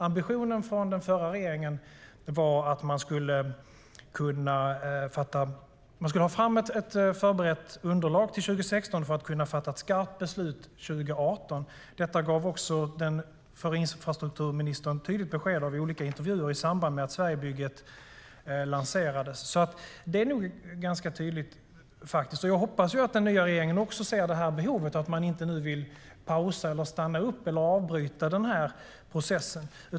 Ambitionen från den förra regeringen var att man skulle ha ett förberett underlag framme till 2016 för att kunna fatta ett skarpt beslut 2018. Detta gav också den förra infrastrukturministern tydligt besked om i olika intervjuer i samband med att Sverigebygget lanserades, så det är nog ganska tydligt. Jag hoppas att den nya regeringen också ser detta behov och att man inte nu vill pausa, stanna upp eller avbryta processen.